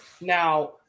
Now